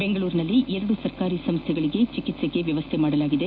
ಬೆಂಗಳೂರಿನಲ್ಲಿ ಎರಡು ಸರ್ಕಾರಿ ಸಂಸ್ಥೆಗಳಲ್ಲಿ ಚಿಕಿತ್ಸೆಗೆ ವ್ಯವಸ್ಥೆ ಮಾಡಲಾಗಿದೆ